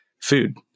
food